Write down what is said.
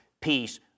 peace